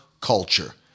culture